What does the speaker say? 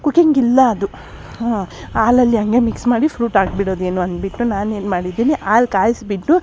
cooking ಇಲ್ಲ ಅದು ಹಾಂ ಹಾಲಲ್ಲಿ ಹಾಗೆ ಮಿಕ್ಸ್ ಮಾಡಿ ಫ್ರೂಟ್ ಹಾಕ್ಬಿಡೊದೇನೊ ಅನ್ಬಿಟ್ಟು ನಾನೇನು ಮಾಡಿದ್ದೀನಿ ಹಾಲು ಕಾಯಿಸಿಬಿಟ್ಟು